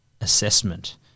assessment